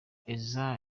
isae